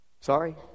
Sorry